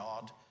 God